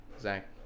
Zach